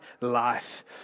life